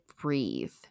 breathe